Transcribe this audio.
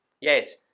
Yes